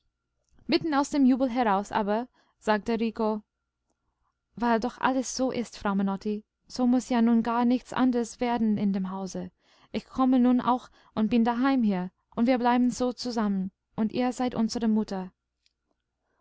mitten aus dem jubel heraus aber sagte rico weil doch alles so ist frau menotti so muß ja nun gar nichts anders werden in dem hause ich komme nun auch und bin daheim hier und wir bleiben so zusammen und ihr seid unsere mutter